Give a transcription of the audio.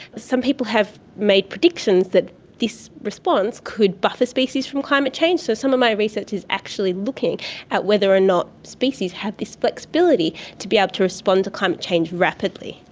some people have made predictions that this response could buffer species from climate change. so some of my research is actually looking at whether or not species have this flexibility to be able to respond to climate change rapidly.